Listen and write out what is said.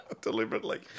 Deliberately